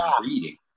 reading